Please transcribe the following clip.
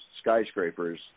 skyscrapers